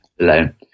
alone